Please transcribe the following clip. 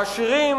העשירים,